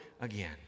again